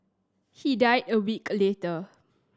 he died a week later